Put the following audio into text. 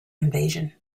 invasion